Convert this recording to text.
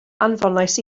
anfonais